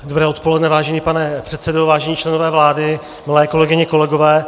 Dobré odpoledne, vážený pane předsedo, vážení členové vlády, milé kolegyně, kolegové.